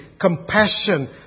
compassion